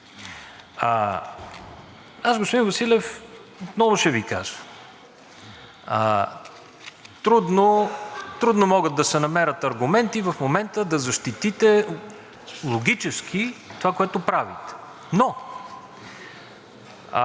Господин Василев, отново ще Ви кажа. Трудно могат да се намерят аргументи в момента да защитите логически това, което правите, но